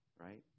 Right